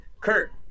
Kurt